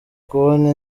kubona